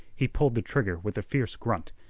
he pulled the trigger with a fierce grunt,